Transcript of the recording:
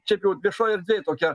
šiaip jau viešoj erdvėj tokia